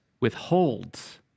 withholds